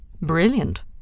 Brilliant